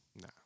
nah